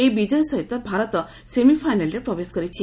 ଏହି ବିଜୟ ସହିତ ଭାରତ ସେମିଫାଇନାଲ୍ରେ ପ୍ରବେଶ କରିଛି